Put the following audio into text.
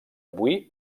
avui